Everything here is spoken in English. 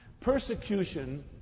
Persecution